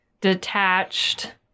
detached